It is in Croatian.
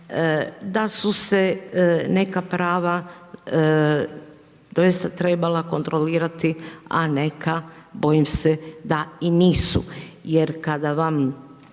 Da su se neka prava, doista trebala kontrolirati, a neka, bojim se da nisu. Jer, kada vam